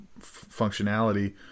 functionality